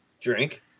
Drink